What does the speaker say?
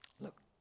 look